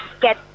get